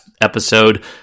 episode